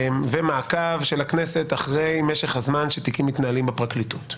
ומעקב של הכנסת אחרי משך הזמן שבו תיקים מתנהלים בפרקליטות.